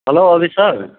hello Amit sir